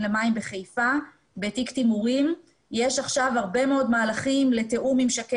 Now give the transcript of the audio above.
למים בחיפה בתיק תימורים יש עכשיו הרבה מאוד מהלכים לתיאום ממשקי